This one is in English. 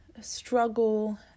struggle